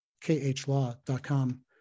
khlaw.com